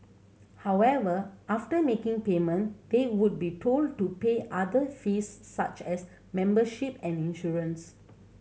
however after making payment they would be told to pay other fees such as membership and insurance